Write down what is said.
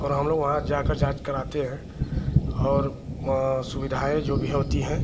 और हमलोग वहाँ जाकर जाँच कराते हैं और सुविधाएँ जो भी होती हैं